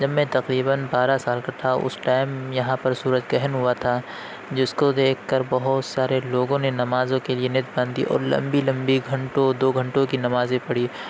جب میں تقریباً بارہ سال کا تھا اُس ٹائم یہاں پر سورج گرہن ہُوا تھا جس کو دیکھ کر بہت سارے لوگوں نے نمازوں کے لیے نیت باندھی اور لمبی لمبی گھنٹوں دو گھنٹوں کی نمازیں پڑھی